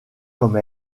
comme